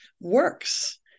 works